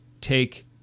take